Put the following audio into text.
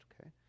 Okay